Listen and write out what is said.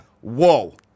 Whoa